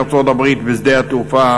נשיא ארצות-הברית, בשדה התעופה,